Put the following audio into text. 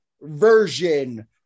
version